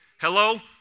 Hello